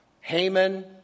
Haman